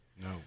No